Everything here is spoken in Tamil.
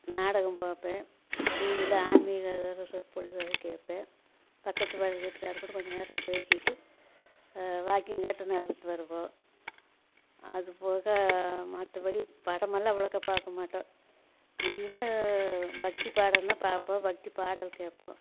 நாடகம் பார்ப்பன் டிவியில் ஆன்மீக சொற்பொழிவு கேட்பன் பக்கத்து வீட்டுக்காரர் கூட கொஞ்சம் நேரம் பேசிக்கிட்டு வாக்கிங்காட்டம் நடந்துட்டு வருவோம் அது போக மற்றபடி படமெல்லாம் அவ்வளோக்கா பார்க்க மாட்டோம் முக்கியமாக பக்தி பாடல்னா பார்ப்போம் பக்தி பாடல் கேட்போம்